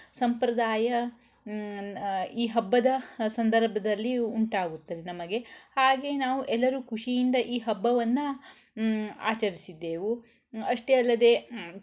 ಸಂಪ್ರದಾಯ ಈ ಹಬ್ಬದ ಸಂದರ್ಭದಲ್ಲಿ ಉಂಟಾಗುತ್ತದೆ ನಮಗೆ ಹಾಗೇ ನಾವು ಎಲ್ಲರೂ ಖುಷಿಯಿಂದ ಈ ಹಬ್ಬವನ್ನು ಆಚರಿಸಿದ್ದೆವು ಅಷ್ಟೇ ಅಲ್ಲದೆ